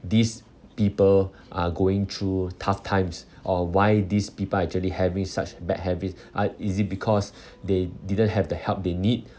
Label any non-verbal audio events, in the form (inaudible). these people are going through tough times or why these people are actually having such bad habits uh is it because (breath) they didn't have the help they need